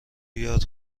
یاد